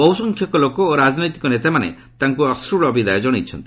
ବହୁ ସଂଖ୍ୟକ ଲୋକ ଓ ରାଜନୈତିକ ନେତାମାନେ ତାଙ୍କୁ ଅଶ୍ଳଳ ବିଦାୟ କ୍ଷଣାଇଛନ୍ତି